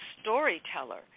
storyteller